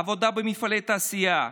עבודה במפעלי תעשייה,